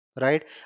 right